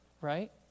right